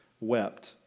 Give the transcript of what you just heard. wept